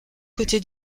côté